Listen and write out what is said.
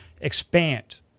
expand